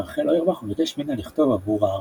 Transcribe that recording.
רחל אוירבך וביקש ממנה לכתוב עבור הארכיון.